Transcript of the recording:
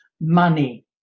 money